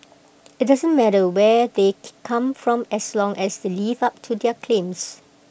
IT doesn't matter where they come from as long as they live up to their claims